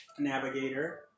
Navigator